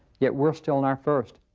yet we're still in our first.